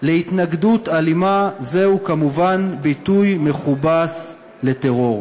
להתנגדות אלימה, זהו כמובן ביטוי מכובס לטרור.